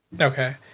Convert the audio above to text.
Okay